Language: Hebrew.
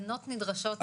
תודה רבה.